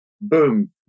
boom